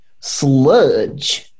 sludge